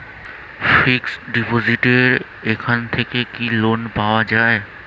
Fix ডিপোজিটের এখান থেকে কি লোন পাওয়া যায়?